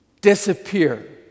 disappear